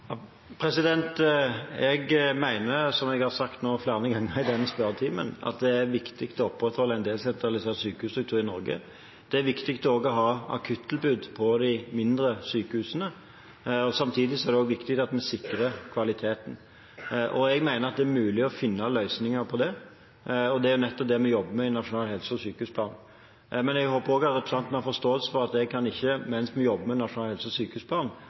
denne spørretimen, at det er viktig å opprettholde en desentralisert sykehusstruktur i Norge. Det er viktig også å ha akuttilbud på de mindre sykehusene. Samtidig er det viktig at en sikrer kvaliteten. Jeg mener at det er mulig å finne løsninger på det, og det er nettopp det vi jobber med i forbindelse med nasjonal helse- og sykehusplan. Men jeg håper også at representanten har forståelse for at jeg mens vi jobber med nasjonal helse- og sykehusplan,